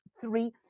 three